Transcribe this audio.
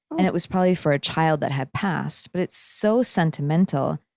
and it was probably for a child that had passed. but it's so sentimental.